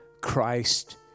Christ